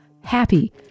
happy